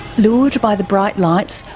lured by the bright lights,